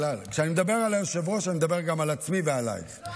כשאני מדבר על היושב-ראש אני מדבר גם על עצמי ועלייך.